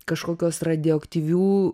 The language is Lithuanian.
kažkokios radioaktyvių